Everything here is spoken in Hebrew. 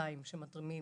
אוניברסיטאיים שמתרימים